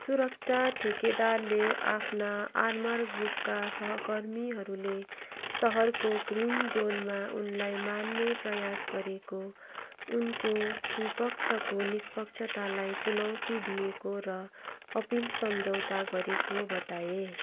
सुरक्षा ठेकेदारले आफ्ना आर्मर ग्रुपका सहकर्मीहरूले सहरको ग्रिन जोनमा उनलाई मार्ने प्रयास गरेको उनको पुपक्षको निष्पक्षतालाई चुनौती दिएको र अपिल सम्झौता गरेको बताए